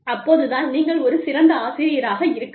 அப்போது தான் நீங்கள் ஒரு சிறந்த ஆசிரியராக இருக்கலாம்